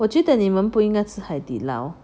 我觉你们不应该吃海底捞